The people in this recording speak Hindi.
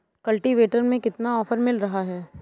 कल्टीवेटर में कितना ऑफर मिल रहा है?